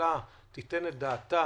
הממשלה תיתן את דעתה,